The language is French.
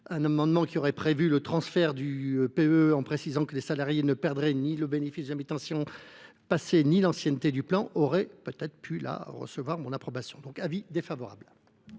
un amendement qui aurait prévu le transfert du PEE en précisant que les salariés ne perdraient ni le bénéfice de l’alimentation passée ni l’ancienneté du plan aurait pu recevoir mon approbation. La commission émet